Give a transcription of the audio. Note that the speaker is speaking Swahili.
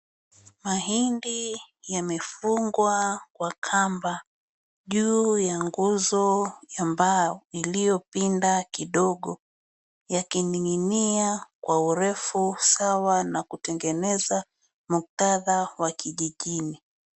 Mahindi yamefungwa kwa kamba juu ya nguzo ya mbao iliyopinda kidogo yakining'inia kwa urefu sawana kutengeneza muktadha wa kijijini.